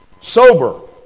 Sober